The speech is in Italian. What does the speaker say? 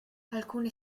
alcune